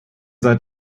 seid